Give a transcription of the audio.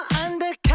undercover